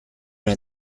una